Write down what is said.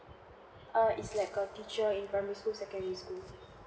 err it's like a teacher in primary school secondary school